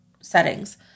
settings